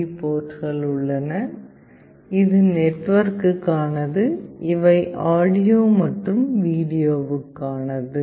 B போர்ட்கள் உள்ளன இது நெட்வொர்க்குக்கானது இவை ஆடியோ மற்றும் வீடியோவுக்கானது